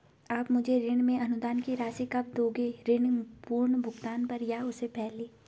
आप मुझे ऋण में अनुदान की राशि कब दोगे ऋण पूर्ण भुगतान पर या उससे पहले?